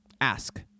ask